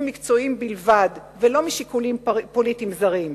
מקצועיים בלבד ולא משיקולים פוליטיים זרים,